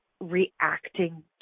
reacting